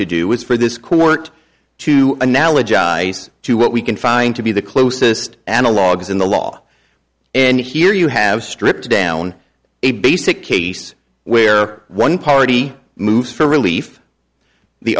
to do is for this court to analogize to what we can find to be the closest analogues in the law and here you have stripped down a basic case where one party moves for relief the